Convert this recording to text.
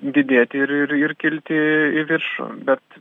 didėti ir ir ir kilti į viršų bet